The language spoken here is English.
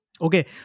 Okay